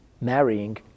marrying